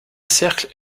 cercles